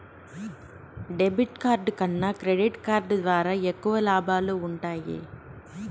debit card కన్నా credit card ద్వారా ఎక్కువ లాబాలు వుంటయ్యి